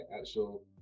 actual